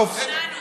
שוכנענו.